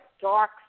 dark